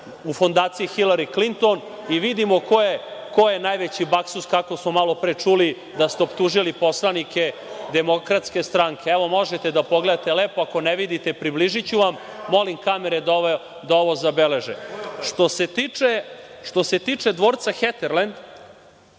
u Fondaciji Hilari Klinton i vidimo ko je najveći baksuz, kako smo malopre čuli da ste optužili poslanike DS. Evo, možete da pogledate lepo. Ako ne vidite, približiću vam. Molim kamere da ovo zabeleže. Što se tiče dvorca Heterlend,